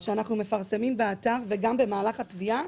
שאנחנו מפרסמים באתר וגם במהלך התביעה.